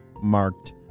marked